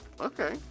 okay